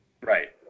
Right